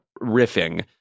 riffing